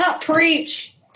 preach